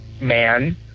man